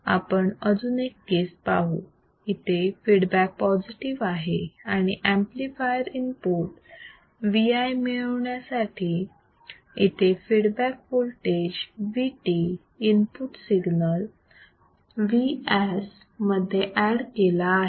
आपण अजून एक केस पाहू इथे फीडबॅक पॉझिटिव्ह आहे आणि ऍम्प्लिफायर इनपुट Vi मिळवण्यासाठी इथे feedback voltage Vt input signal Vs मध्ये ऍड केला आहे